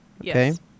Yes